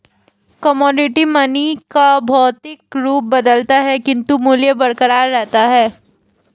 commodity money का भौतिक रूप बदलता है किंतु मूल्य बरकरार रहता है